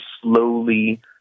slowly